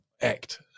act